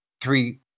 three